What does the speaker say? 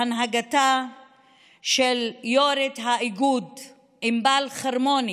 בהנהגתה של יו"רית האיגוד ענבל חרמוני,